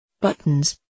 Buttons